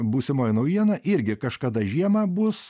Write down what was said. būsimoji naujiena irgi kažkada žiemą bus